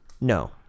No